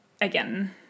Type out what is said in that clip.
again